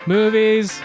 Movies